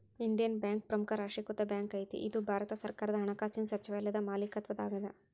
Indian bank ಪ್ರಮುಖ ರಾಷ್ಟ್ರೇಕೃತ bank ಐತಿ ಇದು ಭಾರತ ಸರ್ಕಾರದ ಹಣಕಾಸಿನ್ ಸಚಿವಾಲಯದ ಮಾಲೇಕತ್ವದಾಗದ